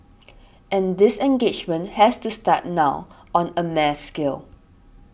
and this engagement has to start now on a mass scale